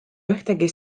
ühtegi